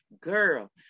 girl